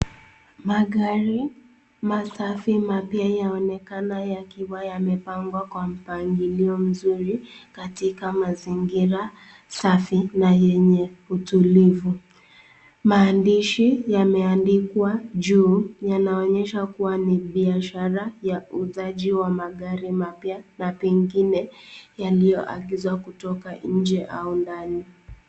Magari masafi mapya yaonekana yakiwa yamepangwa kwa mpangilio mzuri katika mazingira safi na yenye utulivu. Maandishi yameandikwa juu yanaonyesha kuwa ni biashara ya uuzaji wa magari mapya na pengine yaliyoagizwa kutoka nje au ndani.